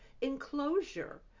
enclosure